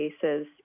cases